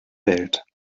welt